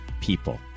people